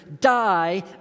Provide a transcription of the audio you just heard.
die